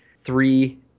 three